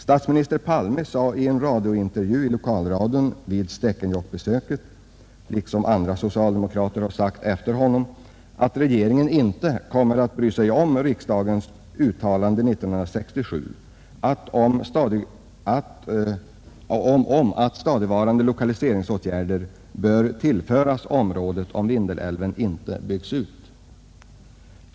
Statsminister Palme sade i en radiointervju i lokalradion vid Stekenjokkbesöket — andra socialdemokrater har sagt det efter honom — att regeringen inte kommer att bry sig om riksdagens uttalande 1967 om att stadigvarande lokalisering bör tillföras området, om Vindelälven inte byggs ut.